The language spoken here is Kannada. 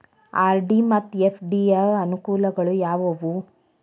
ಆರ್.ಡಿ ಮತ್ತು ಎಫ್.ಡಿ ಯ ಅನುಕೂಲಗಳು ಯಾವವು?